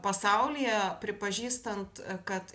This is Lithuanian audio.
pasaulyje pripažįstant kad